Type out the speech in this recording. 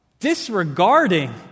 Disregarding